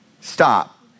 Stop